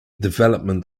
development